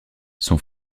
son